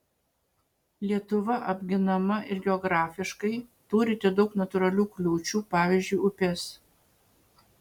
lietuva apginama ir geografiškai turite daug natūralių kliūčių pavyzdžiui upes